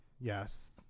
Yes